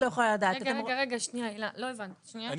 להגיש תלונה למשרד הבריאות ולטעון - אני לא ידעתי,